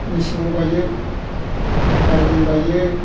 मेसेङाव गायो थारुन गायो